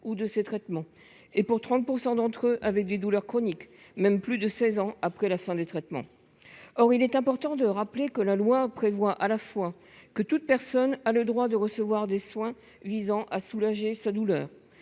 ou de ces traitements et pour 30 % d'entre eux avaient des douleurs chroniques, même plus de 16 ans après la fin des traitements, or il est important de rappeler que la loi prévoit à la fois que toute personne a le droit de recevoir des soins visant à soulager sa douleur